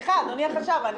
אדוני החשב,